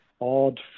odd